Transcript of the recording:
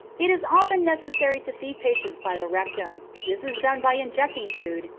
it is often necessary to feed patients by the rectum. this is done by injecting food,